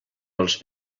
els